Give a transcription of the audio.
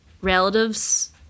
relatives